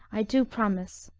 i do promise.